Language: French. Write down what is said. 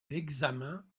l’examen